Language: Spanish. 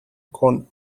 con